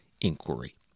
inquiry